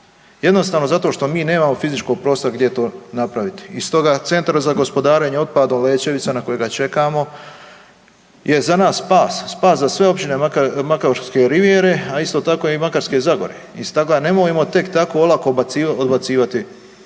jednostavno zato što mi nemamo fizičkog prostora gdje to napraviti. I stoga Centar za gospodarenje otpadom Lećevica na kojega čekamo je za nas spas, spas za sve općine Makarske rivijere, a isto tako i Makarske zagore. I stoga nemojmo tek tako olako odbacivati